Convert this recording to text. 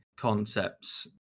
Concepts